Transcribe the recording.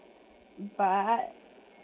but